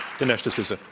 dinesh d'souza.